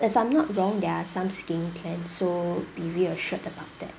if I'm not wrong there are some skiing plan so be reassured about that